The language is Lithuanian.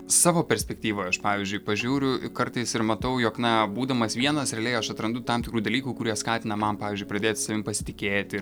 savo perspektyvoj aš pavyzdžiui pažiūriu kartais ir matau jog na būdamas vienas realiai aš atrandu tam tikrų dalykų kurie skatina man pavyzdžiui pradėt savimi pasitikėti ir